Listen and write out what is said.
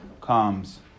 comes